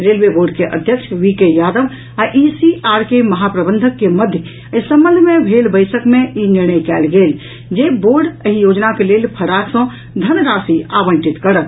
railway board के अध्यक्ष V K Yadav आ ईसीआर के महाप्रबंधक के मध्य एहि संबंध मे भेल बैसक मे ई निर्णय कयल गेल जे बोर्ड एहि योजनाक लेल फराक सँ धनराशि आवंटित करत